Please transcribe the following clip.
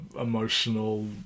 emotional